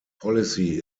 policy